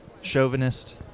chauvinist